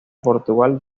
portugal